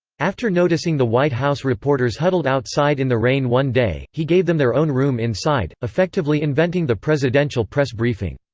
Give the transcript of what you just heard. after noticing the white house reporters huddled outside in the rain one day, he gave them their own room inside, effectively inventing the presidential press briefing.